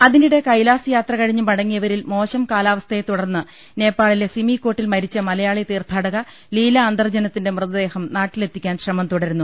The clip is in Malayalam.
അതിനിടെ കൈലാസ് യാത്ര ്കഴിഞ്ഞ് മടങ്ങിയവരെ മോശം കാലാവസ്ഥയെ തുടർന്ന് നേപ്പാളിലെ സിമിക്കോട്ടിൽ മരിച്ച മല യാളി തീർത്ഥാടക ലീലാ അന്തർജ്ജനത്തിന്റെ മൃതദേഹം നാട്ടി ലെത്തിക്കാൻ ശ്രമം തുടരുന്നു